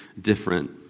different